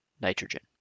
nitrogen